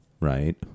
right